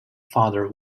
father